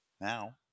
Now